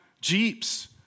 jeeps